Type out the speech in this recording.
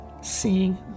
seeing